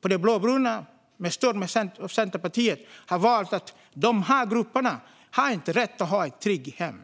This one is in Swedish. De blåbruna har med stöd av Centerpartiet valt att dessa grupper inte ska ha rätt till ett tryggt hem.